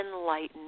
enlightened